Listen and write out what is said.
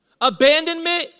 Abandonment